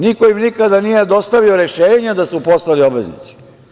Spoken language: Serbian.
Niko im nikada nije dostavio rešenje da su postali obveznici.